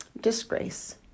disgrace